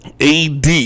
AD